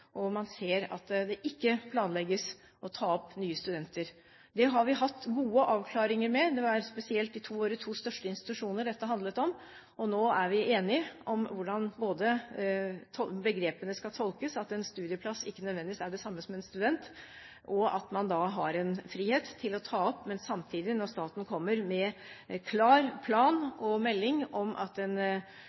og man ser at det ikke planlegges å ta opp nye studenter. Her har vi hatt gode avklaringer. Det var spesielt våre to største institusjoner dette handlet om, og nå er vi enige om hvordan begrepene skal tolkes, at en studieplass ikke nødvendigvis er det samme som en student, og at man da har en frihet til å ta opp, men samtidig, når staten kommer med en klar plan og melding om at